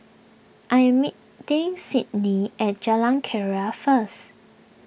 I am meeting Sidney at Jalan Keria first